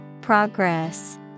Progress